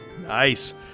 Nice